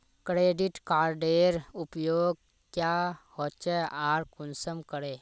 Credit कार्डेर उपयोग क्याँ होचे आर कुंसम करे?